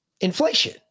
Inflation